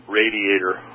radiator